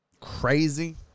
crazy